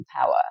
power